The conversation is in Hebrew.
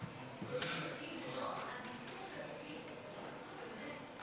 חוק הקולנוע (תיקון מס'